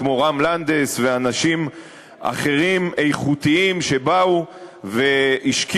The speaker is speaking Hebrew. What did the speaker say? כמו רם לנדס ואנשים איכותיים אחרים שבאו והשקיעו